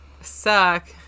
Suck